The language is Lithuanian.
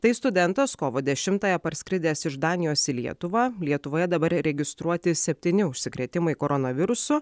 tai studentas kovo dešimtąją parskridęs iš danijos į lietuvą lietuvoje dabar registruoti septyni užsikrėtimai koronavirusu